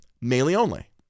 Melee-only